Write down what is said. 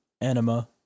Anima